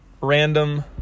random